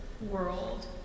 world